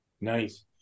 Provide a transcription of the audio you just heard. Nice